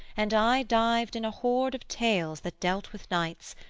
and i dived in a hoard of tales that dealt with knights,